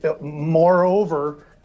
Moreover